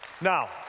now